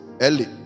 early